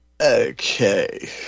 Okay